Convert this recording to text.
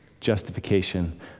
justification